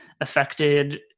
affected